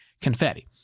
Confetti